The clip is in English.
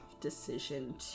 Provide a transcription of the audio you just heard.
decision